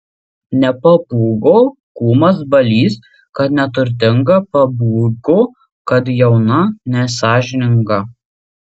nepabūgo kūmas balys kad neturtinga pabūgo kad jauna nesąžininga